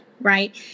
right